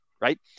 Right